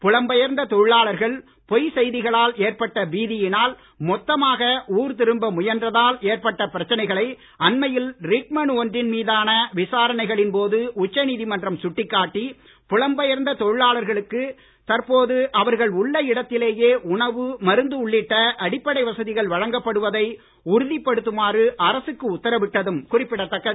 புலம் பெயர்ந்த தொழிலாளர்கள் பொய்ச் செய்திகளால் ஏற்பட்ட பீதியினால் மொத்தமாக ஊர் திரும்ப முயன்றதால் ஏற்பட்ட பிரச்சனைகளை அண்மையில் ரிட் மனு ஒன்றின் மீதான விசாரணைகளின் போது உச்சநீதிமன்றம் சுட்டிக்காட்டி புலம் பெயர்ந்த தொழிலாளர்களுக்கு தற்போது அவர்கள் உள்ள இடத்திலேயே உணவு உள்ளிட்ட அடிப்படை வசதிகள் வழங்கப்படுவதை மருந்து உறுதிப்படுத்துமாறு அரசுக்கு உத்தரவிட்டதும் குறிப்பிடத்தக்கது